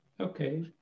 okay